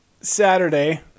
Saturday